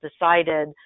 decided